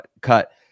cut